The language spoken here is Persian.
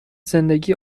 زندگی